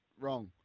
wrong